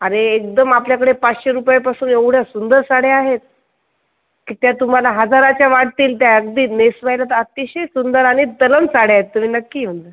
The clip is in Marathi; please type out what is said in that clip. अरे एकदम आपल्याकडे पाचशे रुपयापासून एवढ्या सुंदर साड्या आहेत की त्या तुम्हाला हजाराच्या वाटतील त्या अगदी नेसवायला तर अत्तिशय सुंदर आणि तलम साड्या आहेत तुम्ही नक्की येऊन जा